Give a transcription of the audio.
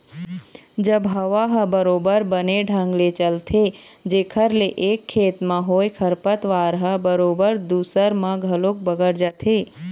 जब हवा ह बरोबर बने ढंग ले चलथे जेखर ले एक खेत म होय खरपतवार ह बरोबर दूसर म घलोक बगर जाथे